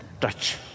touch